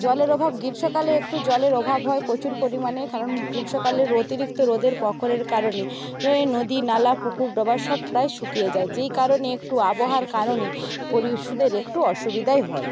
জলের অভাব গ্রীষ্মকালে একটু জলের অভাব হয় প্রচুর পরিমাণেই কারণ গ্রীষ্মকালে অতিরিক্ত রোদের প্রখরের কারণে নদী নালা পুকুর ডোবা সব প্রায় শুকিয়ে যায় যেই কারণে একটু আবহাওয়ার কারণে দের একটু অসুবিধাই হয়